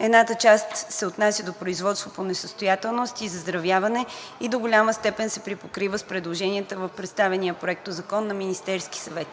Едната част се отнася до производството по несъстоятелност и заздравяване и до голяма степен се припокрива с предложенията в представения проектозакон на Министерския съвет.